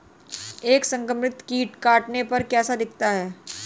एक संक्रमित कीट के काटने पर कैसा दिखता है?